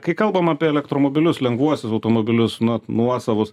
kai kalbam apie elektromobilius lengvuosius automobilius nuo nuosavus